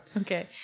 Okay